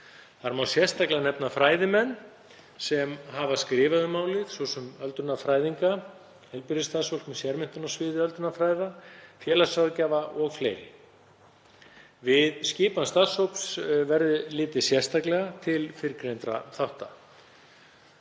Þar má sérstaklega nefna fræðimenn sem hafa skrifað um málið, svo sem öldrunarfræðinga, heilbrigðisstarfsfólk með sérmenntun á sviði öldrunarfræða, félagsráðgjafa og fleiri. Við skipan starfshóps verði litið sérstaklega til fyrrgreindra þátta.